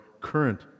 current